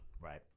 Right